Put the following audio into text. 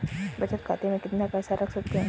बचत खाते में कितना पैसा रख सकते हैं?